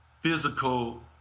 physical